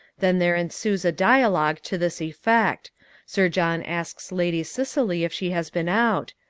then there ensues a dialogue to this effect sir john asks lady cicely if she has been out.